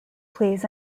plays